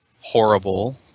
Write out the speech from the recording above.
horrible